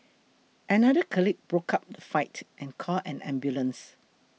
another colleague broke up the fight and called an ambulance